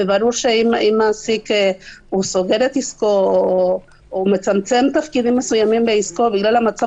ברור שאם מעסיק סוגר את עסקו או מצמצם תפקידים מסוימים בעסקו בגלל המצב